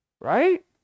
Right